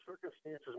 circumstances